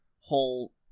whole